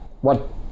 what-